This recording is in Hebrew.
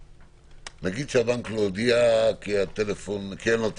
נגיד שהבנק לא הודיע כי אין לו טלפון,